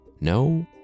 no